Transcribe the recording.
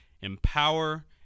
Empower